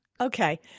Okay